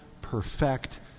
perfect